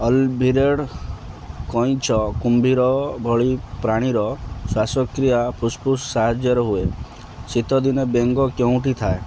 olive ridley କଇଁଛ କୁମ୍ଭୀର ଭଳି ପ୍ରାଣୀର ଶ୍ଵାସକ୍ରିୟା ଫୁସ୍ଫୁସ୍ ସାହାଯ୍ୟରେ ହୁଏ ଶୀତ ଦିନେ ବେଙ୍ଗ କେଉଁଠି ଥାଏ